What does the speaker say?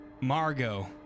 Margot